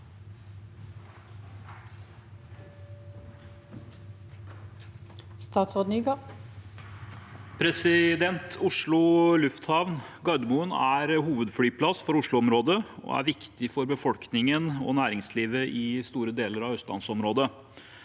Oslo lufthavn Gardermoen er hovedflyplass for Oslo-området og er viktig for befolkningen og næringslivet i store deler av østlandsområdet.